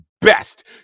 best